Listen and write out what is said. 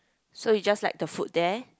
so you just like the food there